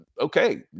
okay